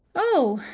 oh!